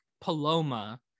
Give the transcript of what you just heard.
paloma